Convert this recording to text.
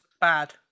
bad